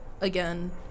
Again